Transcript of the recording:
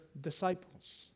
disciples